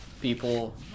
people